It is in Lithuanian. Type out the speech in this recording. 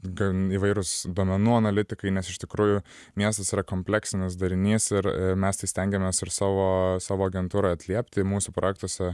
gan įvairūs duomenų analitikai nes iš tikrųjų miestas yra kompleksinis darinys ir mes stengiamės ir savo savo agentūrą atliepti mūsų projektuose